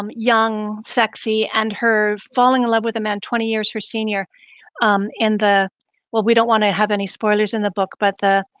um young, sexy, and her falling in love with a man twenty years her senior um in the well, we don't want to have any spoilers in the book, but the